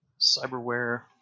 cyberware